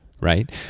right